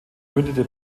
mündete